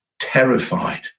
terrified